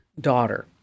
daughter